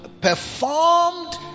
performed